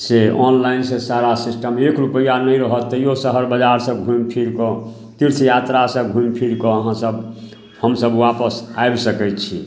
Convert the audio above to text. से ऑनलाइनसे सारा सिस्टम एक रुपैआ नहि रहत तैओ शहर बजारसँ घुमिफिरिकऽ तीर्थ यात्रासँ घुमिफिरिकऽ अहाँसभ हमसभ वापस आबि सकै छी